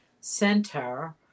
center